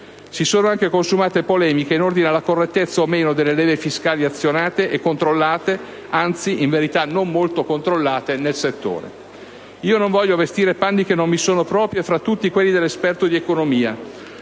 Si sono anche consumate polemiche in ordine alla correttezza o meno delle leve fiscali azionate e controllate (anzi in verità non molto controllate) nel settore. lo non voglio vestire panni che non mi sono propri, e - tra tutti - quelli dell'esperto di economia,